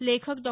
लेखक डॉ